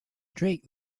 streak